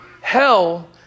Hell